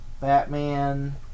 Batman